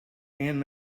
and